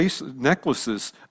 necklaces